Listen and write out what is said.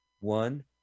one